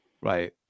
right